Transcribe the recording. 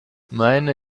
meine